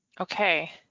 Okay